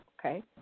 okay